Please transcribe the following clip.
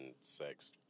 sex